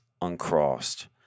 uncrossed